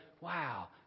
wow